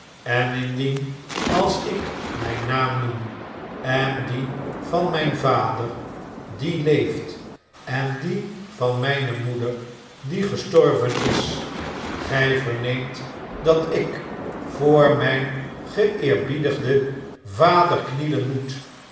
en indien als ik mjjn naam noem en dien van mjjn vader dieleeft en dien van mjjne moeder die gestorven is gh verneemt dat ik voor mjjn geeerbiedigden vader knielen moet